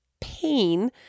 pain